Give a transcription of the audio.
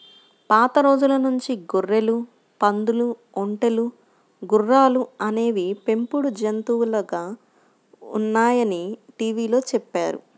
పాత రోజుల నుంచి గొర్రెలు, పందులు, ఒంటెలు, గుర్రాలు అనేవి పెంపుడు జంతువులుగా ఉన్నాయని టీవీలో చెప్పారు